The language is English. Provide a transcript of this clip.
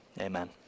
amen